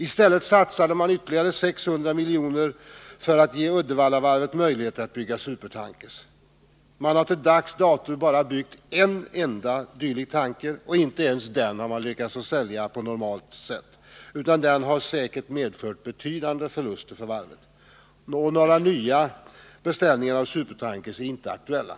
I stället satsade man ytterligare 600 miljoner för att ge Uddevallavarvet möjligheter att bygga supertankers. Man har till dags dato inte byggt mer än en enda dylik tanker och inte ens den har man lyckats sälja på normalt sätt, utan den har säkert medfört betydande förluster för varvet. Några nya beställningar av supertankers är inte aktuella.